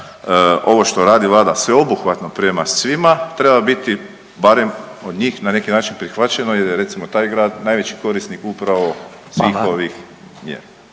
ovo što radi Vlada sveobuhvatno prema svima treba biti barem od njih na neki način prihvaćeno, jer je recimo taj grad najveći korisnik upravo svih ovih mjera.